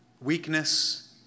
weakness